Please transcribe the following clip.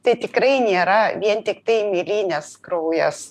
tai tikrai nėra vien tiktai mėlynės kraujas